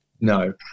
No